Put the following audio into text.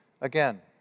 Again